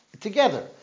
together